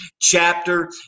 chapter